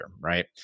right